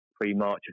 pre-March